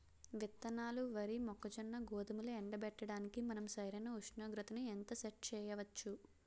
విత్తనాలు వరి, మొక్కజొన్న, గోధుమలు ఎండబెట్టడానికి మనం సరైన ఉష్ణోగ్రతను ఎంత సెట్ చేయవచ్చు?